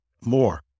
more